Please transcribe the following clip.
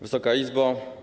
Wysoka Izbo!